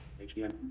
HDMI